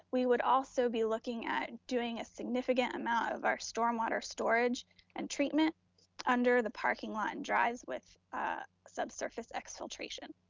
we would also be looking at doing a significant amount of our stormwater storage and treatment under the parking lot and dries with subsurface exfiltration.